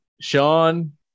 sean